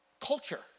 culture